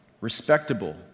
respectable